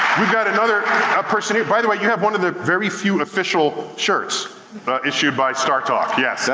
we've got another, a person here. by the way, you have one of the very few official shirts issued by startalk. yeah